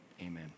amen